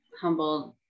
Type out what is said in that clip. humbled